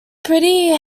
pretty